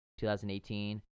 2018